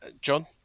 John